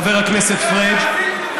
חבר הכנסת פריג',